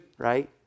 right